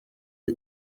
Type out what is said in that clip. aho